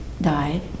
died